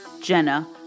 Jenna